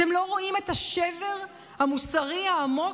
אתם לא רואים את השבר המוסרי העמוק?